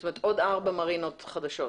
זאת אומרת, עוד ארבע מרינות חדשות.